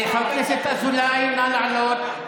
חבר הכנסת אזולאי, נא לעלות.